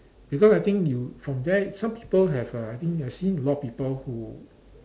because I think you from there some people have uh I think I've seen a lot of people who